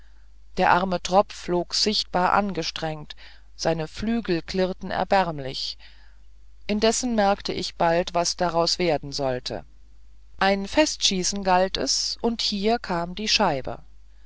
der arme tropf flog sichtbar angestrengt seine flügel klirrten erbärmlich indessen merkt ich bald was daraus werden sollte ein festschießen galt es und hier kam die scheibe